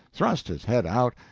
thrust his head out,